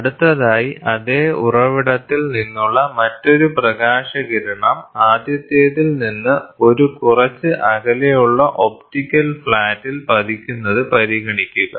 അടുത്തതായി അതേ ഉറവിടത്തിൽ നിന്നുള്ള മറ്റൊരു പ്രകാശകിരണം ആദ്യത്തേതിൽ നിന്ന് ഒരു കുറച്ച് അകലെയുള്ള ഒപ്റ്റിക്കൽ ഫ്ലാറ്റിൽ പതിക്കുന്നത് പരിഗണിക്കുക